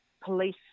police